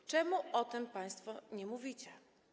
Dlaczego o tym państwo nie mówicie?